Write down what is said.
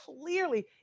clearly